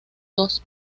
dos